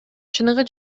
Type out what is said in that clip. чыныгы